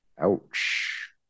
Ouch